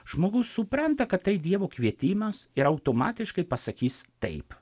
žmogus supranta kad tai dievo kvietimas ir automatiškai pasakys taip